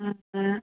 ಹಾಂ ಹಾಂ